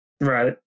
Right